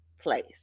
place